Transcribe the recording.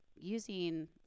using